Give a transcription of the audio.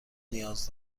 نیاز